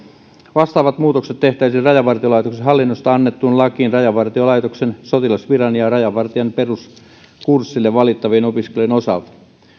vastaavat muutokset tehtäisiin rajavartiolaitoksen hallinnosta annettuun lakiin rajavartiolaitoksen sotilasviran ja rajavartijan peruskurssille valittavien opiskelijoiden osalta